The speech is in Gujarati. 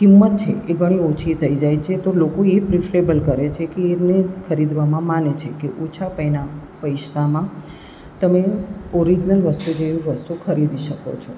કિંમત છે એ ઘણી ઓછી થઈ જાય છે લોકોએ પ્રિફરેબલ કરે છે કે એને ખરીદવામાં માને છે કે ઓછા પૈના પૈસામાં તમે ઓરીજનલ વસ્તુ જેવી વસ્તુ ખરીદી શકો છો